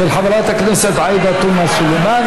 של חברת הכנסת עאידה תומא סלימאן.